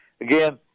again